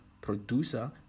producer